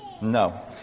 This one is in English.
No